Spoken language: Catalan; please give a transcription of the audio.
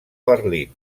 berlín